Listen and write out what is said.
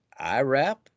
IRAP